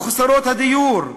מחוסרות הדיור.